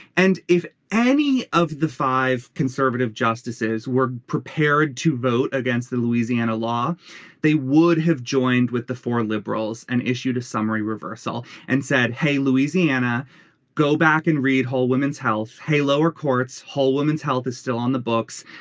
and if any of the five conservative justices were prepared to vote against the louisiana law they would have joined with the four liberals and issued a summary reversal and said hey louisiana go back and read whole women's health hey lower courts whole women's health is still on the books.